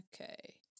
Okay